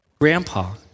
Grandpa